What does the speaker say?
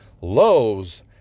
Lowe's